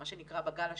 מה שנקרא בגל השני,